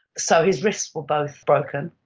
so his wrists were both broken.